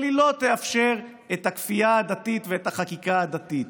אבל היא לא תאפשר את הכפייה הדתית ואת החקיקה הדתית.